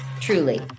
truly